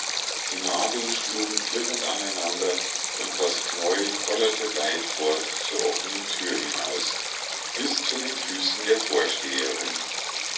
die nadeln schlugen klirrend aneinander und das knäuel kollerte weit fort zur offnen thür hinaus bis zu den füßen der vorsteherin